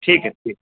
ٹھیک ہے